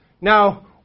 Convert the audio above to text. Now